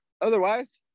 Otherwise